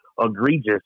egregious